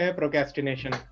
procrastination